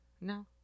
No